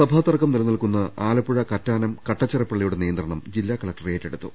സഭാ തർക്കം നിലനിൽക്കുന്ന ആലപ്പുഴ കറ്റാനം കട്ടച്ചിറ പള്ളി യുടെ നിയന്ത്രണം ജില്ലാ കലക്ടർ ഏറ്റെടുത്തു